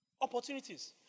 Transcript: Opportunities